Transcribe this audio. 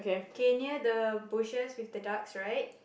okay near the bushes with the ducks right